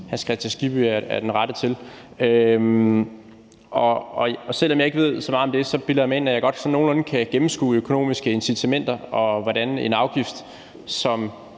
Hans Kristian Skibby er den rette til at ytre sig om. Selv om jeg ikke ved så meget om det, bilder jeg mig ind, at jeg godt sådan nogenlunde kan gennemskue de økonomiske incitamenter, og hvordan en afgift, som